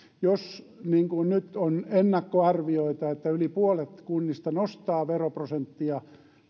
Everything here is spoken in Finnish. jos nyt on ennakkoarvioita että yli puolet kunnista nostaa veroprosenttia